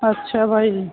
اچھا بھائی